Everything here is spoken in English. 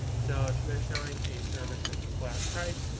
so if they're selling a service that's a flat price,